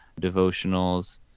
devotionals